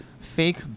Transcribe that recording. Fake